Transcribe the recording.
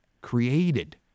created